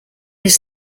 his